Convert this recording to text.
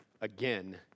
Again